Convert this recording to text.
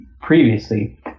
previously